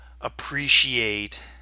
appreciate